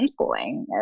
homeschooling